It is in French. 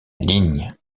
ligne